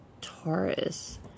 Taurus